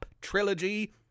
trilogy